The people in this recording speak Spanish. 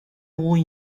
muy